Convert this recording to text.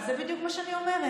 זה בדיוק מה שאני אומרת.